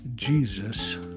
Jesus